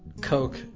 Coke